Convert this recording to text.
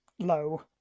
low